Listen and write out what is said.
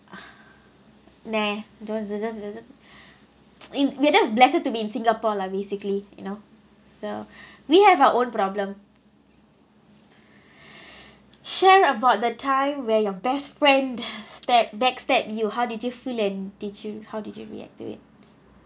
nah don't is it is it we we're just blessed to be in singapore lah basically you know so we have our own problem share about the time where your best friend stab backstab you how did you feel and did you how did you react to it